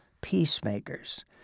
peacemakers